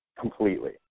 completely